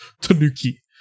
Tanuki